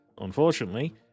unfortunately